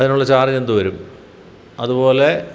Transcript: അതിനുള്ള ചാർജ് എന്ത് വരും അത് പോലെ